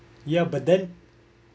ya but then